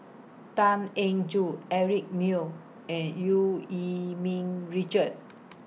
Tan Eng Joo Eric Neo and EU Yee Ming Richard